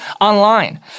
online